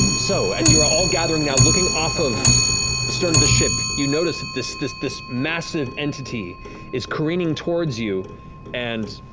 so, as you are all gathering now, looking off of the stern of the ship, you notice this this massive entity is careening towards you and,